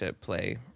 play